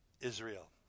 Israel